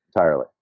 entirely